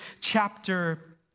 chapter